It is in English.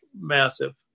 massive